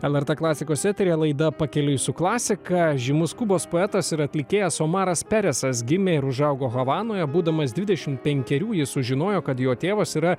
elert klasikos eteryje laida pakeliui su klasika žymus kubos poetas ir atlikėjas omaras peresas gimė ir užaugo havanoje būdamas dvidešim penkerių jis sužinojo kad jo tėvas yra